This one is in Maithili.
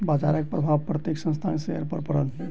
बजारक प्रभाव प्रत्येक संस्थानक शेयर पर पड़ल